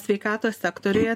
sveikatos sektoriuje